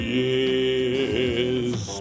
years